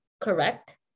correct